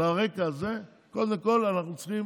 על הרקע הזה קודם כול אנחנו צריכים